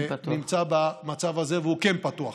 כן פתוח.